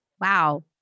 Wow